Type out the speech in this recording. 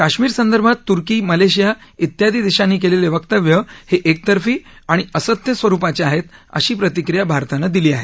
काश्मीर संदर्भात तुर्की मलेशिया इत्यादी देशांनी केलेले वक्तव्य हे एकतर्फी आणि आणि असत्य सावरूपाची आहेत अशी प्रतिक्रिया भारतानं दिली आहे